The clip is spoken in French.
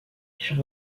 sur